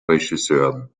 regisseuren